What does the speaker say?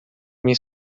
minha